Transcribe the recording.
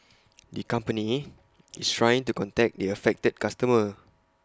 the company is trying to contact the affected customer